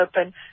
open